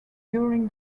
during